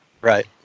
Right